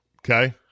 Okay